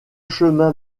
chemins